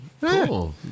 Cool